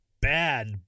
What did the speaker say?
bad